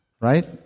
right